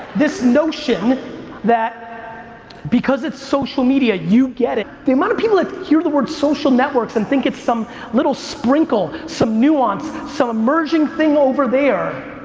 this notion that because it's social media you get it, the amount of people that hear the word social networks and think it's some little sprinkle, some nuance, some emerging thing over there,